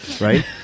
right